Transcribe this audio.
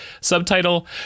subtitle